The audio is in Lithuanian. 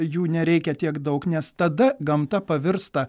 jų nereikia tiek daug nes tada gamta pavirsta